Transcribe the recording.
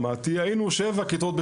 היינו 7 כיתות בשכבה.